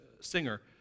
singer